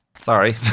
Sorry